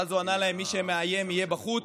ואז הוא ענה להם: מי שמאיים יהיה בחוץ,